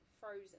frozen